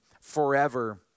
forever